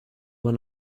one